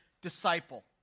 disciple